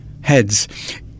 heads